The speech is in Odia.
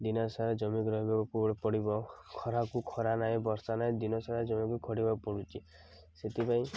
ଦିନସାରା ଜମି ରହିବାକୁ ପଡ଼ିବ ଖରାକୁ ଖରା ନାହିଁ ବର୍ଷା ନାହିଁ ଦିନସାରା ଜମିକୁ ଖଟିବାକୁ ପଡ଼ୁଛି ସେଥିପାଇଁ